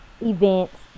events